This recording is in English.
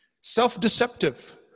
self-deceptive